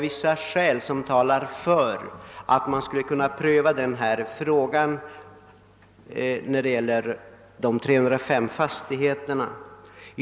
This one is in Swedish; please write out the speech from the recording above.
Vissa skäl talar dock enligt min mening för att frågan beträffande de 305 fastigheternas avverkningsrätt bör omprövas.